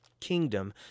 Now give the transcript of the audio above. kingdom